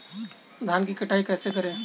धान की कटाई कैसे करें?